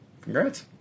Congrats